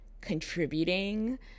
contributing